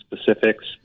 specifics